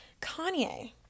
Kanye